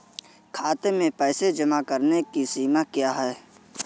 खाते में पैसे जमा करने की सीमा क्या है?